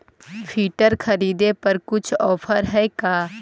Filter खरिदे पर कुछ औफर है का?